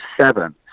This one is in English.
seven